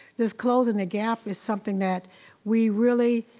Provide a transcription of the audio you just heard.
this closing the gap is something that we really,